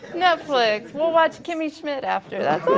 netflix, we'll watch kimmy schmidt after, that's awesome!